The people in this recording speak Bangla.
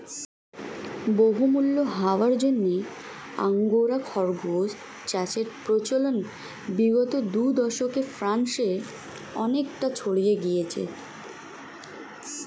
বহুমূল্য হওয়ার জন্য আঙ্গোরা খরগোশ চাষের প্রচলন বিগত দু দশকে ফ্রান্সে অনেকটা ছড়িয়ে গিয়েছে